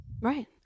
Right